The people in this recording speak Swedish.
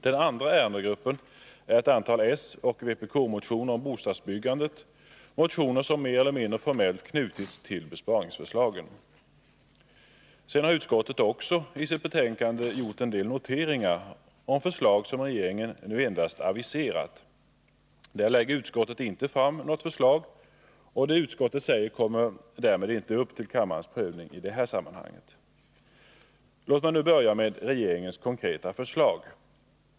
Den andra ärendegruppen är ett antal soch vpk-motioner om bostadsbyggandet — motioner som mer eller mindre formellt knutits till besparingsförslagen. Sedan har utskottet också i sitt betänkande gjort en del noteringar om förslag som regeringen nu endast aviserat. Där lägger utskottet inte fram något förslag, och det utskottet säger kommer därmed inte upp till kammarens prövning i det här sammanhanget. Låt mig börja med regeringens konkreta förslag.